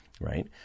right